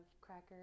crackers